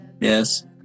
Yes